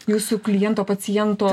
jūsų kliento paciento